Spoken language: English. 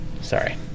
sorry